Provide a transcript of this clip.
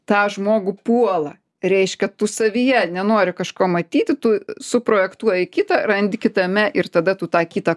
tą žmogų puola reiškia tu savyje nenori kažko matyti tu suprojektuoji kitą randi kitame ir tada tu tą kitą